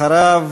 אחריו,